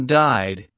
died